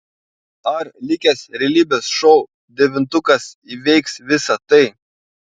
ar likęs realybės šou devintukas įveiks visa tai